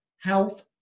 health